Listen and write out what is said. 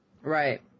Right